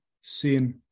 sin